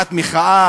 בהבעת מחאה?